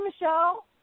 Michelle